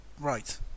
Right